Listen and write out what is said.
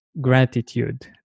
gratitude